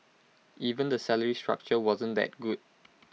even the salary structure wasn't that good